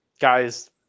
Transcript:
guys